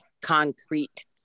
concrete